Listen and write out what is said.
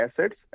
assets